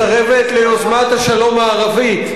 מסרבת ליוזמת השלום הערבית,